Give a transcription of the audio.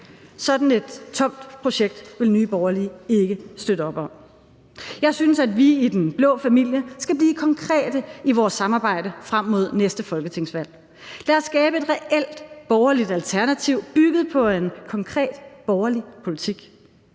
Sådan et tomt projekt vil Nye Borgerlige ikke støtte op om. Jeg synes, at vi i den blå familie skal blive konkrete i vores samarbejde frem mod næste folketingsvalg. Lad os skabe et reelt borgerligt alternativ bygget på en konkret borgerlig politik.